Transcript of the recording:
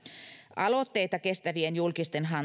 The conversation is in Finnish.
aloitteita kestävien julkisten